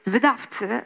Wydawcy